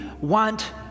want